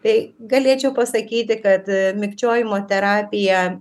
tai galėčiau pasakyti kad mikčiojimo terapija